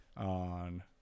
on